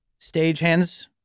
stagehands